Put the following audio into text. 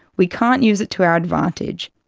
we can't use it to our advantage.